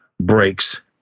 breaks